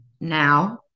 now